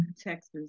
Texas